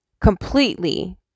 Completely